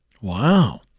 Wow